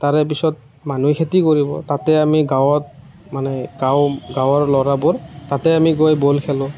তাৰে পিছত মানুহে খেতি কৰিব তাতে আমি গাঁৱত গাঁৱৰ ল'ৰাবোৰ তাতে আমি গৈ বল খেলোঁ